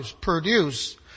produce